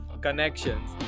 connections